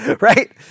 right